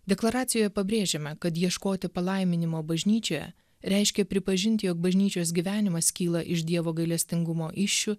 deklaracijoje pabrėžėme kad ieškoti palaiminimo bažnyčioje reiškia pripažinti jog bažnyčios gyvenimas kyla iš dievo gailestingumo įsčių